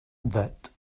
that